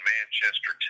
Manchester